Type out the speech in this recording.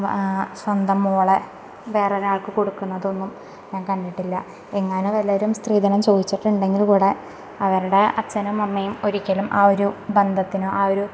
വ സ്വന്തം മോളെ വേറൊരാള്ക്ക് കൊടുക്കുന്നതൊന്നും ഞാന് കണ്ടിട്ടില്ല എങ്ങാനും വല്ലോരും സ്ത്രീധനം ചോയിച്ചിട്ടുണ്ടെങ്കിൽ കൂടെ അവരുടെ അച്ഛനും അമ്മയും ഒരിക്കലും ആ ഒരു ബന്ധത്തിന് ആ ഒരു